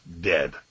Dead